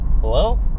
hello